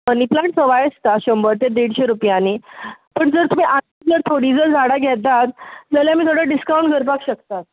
money plant सवाय आसता शंबर ते देडशी रुपयांनी पूण तुमी जर हाथबर थोडीं जर झाडां घेतात जाल्यार आमी थोडो डिसकावण्ट धरपाक शकतात